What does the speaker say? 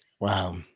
Wow